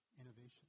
innovation